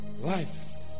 life